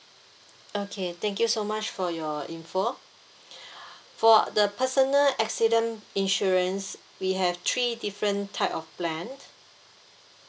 okay thank you so much for your info for the personal accident insurance we have three different type of plan